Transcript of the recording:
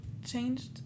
Changed